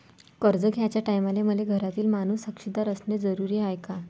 कर्ज घ्याचे टायमाले मले घरातील माणूस साक्षीदार असणे जरुरी हाय का?